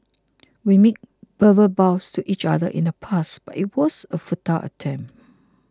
we made verbal vows to each other in the past but it was a futile attempt